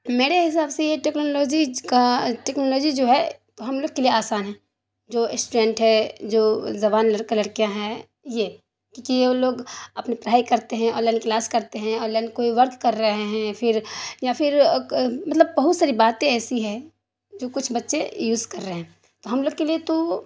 میرے حساب سے یہ ٹیکنالوجیج کا ٹیکنالوجی جو ہے تو ہم لوگ کے لیے آسان ہے جو اسٹرینٹ ہے جو زبان لڑکا لڑکیاں ہیں یہ کیونکہ وہ لوگ اپنی پڑھائی کرتے ہیں آنلائن کلاس کرتے ہیں آنلائن کوئی ورک کر رہے ہیں پھر یا پھر مطلب بہت ساری باتیں ایسی ہے جو کچھ بچے یوز کر رہے ہیں تو ہم لوگ کے لیے تو